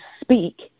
speak